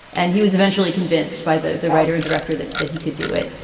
and he was eventually convinced by the the writer and director that that he could do it.